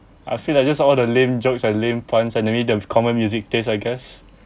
I feel like just all the lame jokes and lame puns and maybe the common music tastes I guess